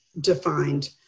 defined